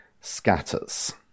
scatters